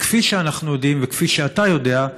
וכפי שאנחנו יודעים וכפי שאתה יודע,